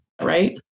right